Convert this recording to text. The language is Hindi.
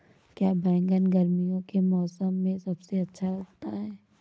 क्या बैगन गर्मियों के मौसम में सबसे अच्छा उगता है?